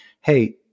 hey